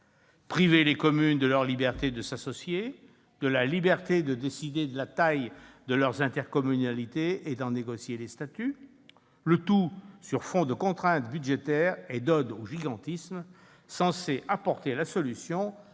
priver les communes de leur liberté de s'associer, de décider de la taille de leurs intercommunalités et d'en négocier les statuts, le tout sur fond de contraintes budgétaires et d'odes au gigantisme, censé apporter la solution aux difficultés